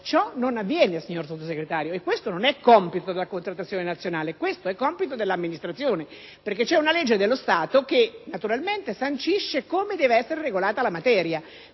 Ciò non avviene, signor Sottosegretario, e non per colpa della contrattazione nazionale, ma dell'amministrazione, perché c'è una legge dello Stato che sancisce come deve essere regolata la materia,